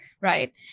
right